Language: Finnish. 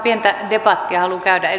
debattia halua käydä